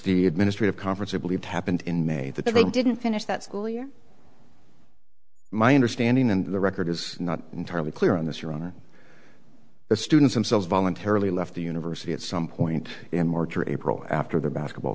the administrative conference i believe happened in may that they didn't finish that school year my understanding and the record is not entirely clear on this your honor the students themselves voluntarily left the university at some point in march or april after their basketball